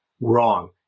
Wrong